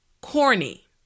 Corny